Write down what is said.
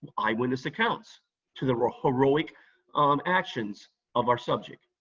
eyewitness accounts to the heroic um actions of our subject.